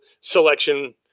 selection